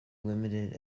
limited